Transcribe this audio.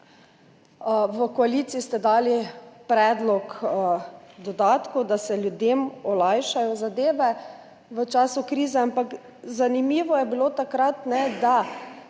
V koaliciji ste dali predlog dodatkov, da se ljudem olajšajo zadeve v času krize, ampak takrat je bilo zanimivo, da